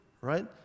right